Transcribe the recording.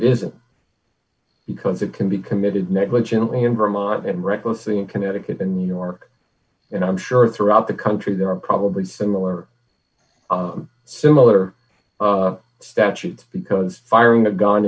it isn't because it can be committed negligently in vermont and reckless in connecticut and new york and i'm sure throughout the country there are probably similar similar statutes because firing